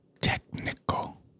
technical